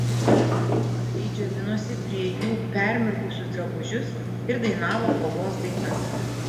kariai džiovinosi prie jų permirkusius drabužius ir dainavo kovos dainas